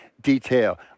detail